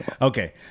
Okay